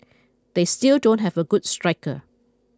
they still don't have a good striker